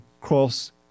cross